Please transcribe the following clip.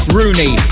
Rooney